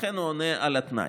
ולכן הוא עונה על התנאי.